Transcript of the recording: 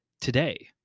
today